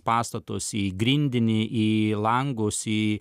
pastatus į grindinį į langus į